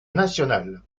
nationale